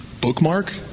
bookmark